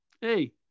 hey